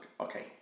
Okay